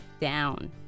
down